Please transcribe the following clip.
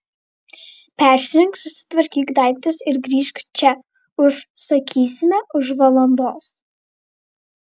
persirenk susitvarkyk daiktus ir grįžk čia už sakysime už valandos